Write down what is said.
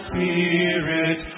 Spirit